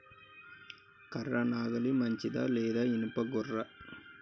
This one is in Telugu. కర్ర నాగలి మంచిదా లేదా? ఇనుప గొర్ర?